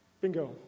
Bingo